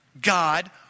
God